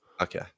Okay